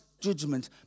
judgment